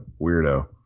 weirdo